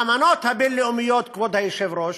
האמנות הבין-לאומיות, כבוד היושב-ראש,